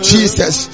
Jesus